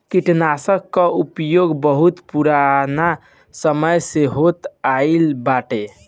कीटनाशकन कअ उपयोग बहुत पुरान समय से होत आइल बाटे